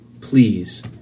please